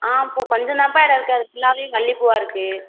ஆ பூ கொஞ்சம் தான்ப்பா இடம் இருக்குது அது ஃபுல்லாகவே மல்லிகைப்பூவா இருக்குது